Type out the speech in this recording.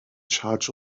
charge